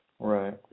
Right